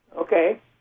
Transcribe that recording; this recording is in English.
Okay